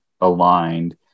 aligned